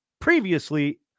previously